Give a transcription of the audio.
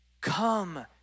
come